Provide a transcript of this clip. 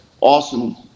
awesome